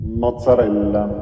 Mozzarella